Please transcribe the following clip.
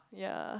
yea